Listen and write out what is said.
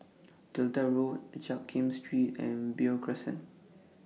Delta Road Jiak Kim Street and Beo Crescent